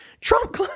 Trump